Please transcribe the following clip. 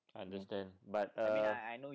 understand but uh mm